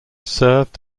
served